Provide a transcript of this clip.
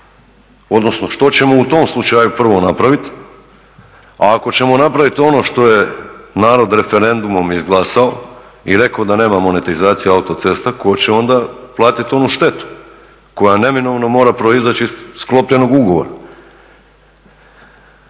odnosno što ćemo u tom slučaju prvo napraviti. A ako ćemo napraviti ono što je narod referendumom izglasao i rekao da nema monetizacije autocesta tko će onda platiti onu štetu koja neminovno mora proizaći iz sklopljenog ugovora.